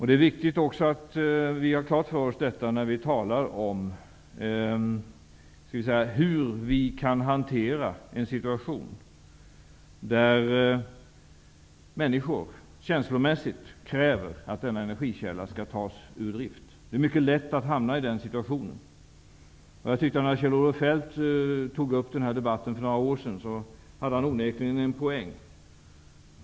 Det är viktigt att vi har detta klart för oss när vi talar om hur vi kan hantera en situation där människor känslomässigt kräver att denna energikälla skall tas ur drift. Det är mycket lätt att hamna i den situationen. När Kjell-Olof Feldt tog upp debatten om detta för några år sedan, hade han onekligen en poäng.